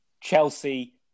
Chelsea